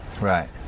right